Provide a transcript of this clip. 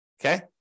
Okay